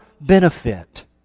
benefit